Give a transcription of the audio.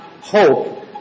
Hope